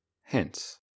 Hence